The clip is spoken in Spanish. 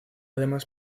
además